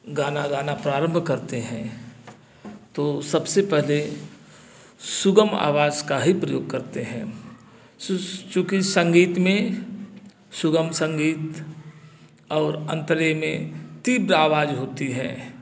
गाना गाना प्रारंभ करते हैं तो सबसे पहले सुगम आवाज का ही प्रयोग करते हैं चूँकि संगीत में सुगम संगीत और अंतरे में तीव्र आवाज होती है